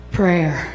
prayer